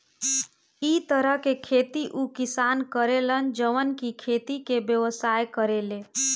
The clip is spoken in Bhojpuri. इ तरह के खेती उ किसान करे लन जवन की खेती से व्यवसाय करेले